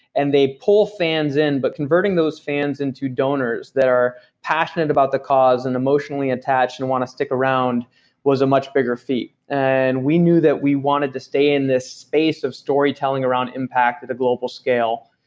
and they pull fans in, but converting those fans into donors that are passionate about the cause, and emotionally attached, and want to stick around was a much bigger feat. and we knew that we wanted to stay in this space of storytelling around impact at a global scale.